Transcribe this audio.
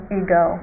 ego